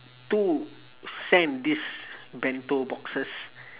to send these bento boxes